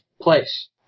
place